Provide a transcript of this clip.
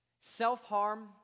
self-harm